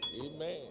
Amen